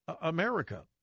America